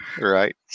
Right